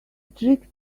trick